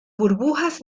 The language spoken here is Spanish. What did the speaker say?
burbujas